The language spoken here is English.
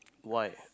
what